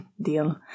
Deal